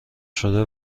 شده